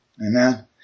Amen